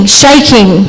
shaking